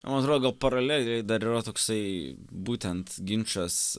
man atrodo paraleliai dar yra toksai būtent ginčas